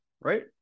right